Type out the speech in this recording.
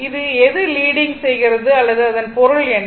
இது எது லீடிங் செய்கிறது அல்லது அதன் பொருள் என்ன